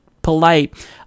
polite